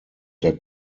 der